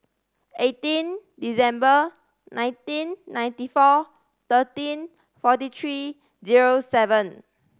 eighteen December nineteen ninety four thirteen forty three zero seven